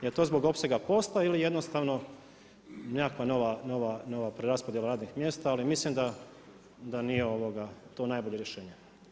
Jel to zbog opsega posla ili jednostavno neka nova preraspodjela radnih mjesta, ali mislim da to nije najbolje rješenje.